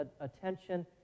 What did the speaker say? attention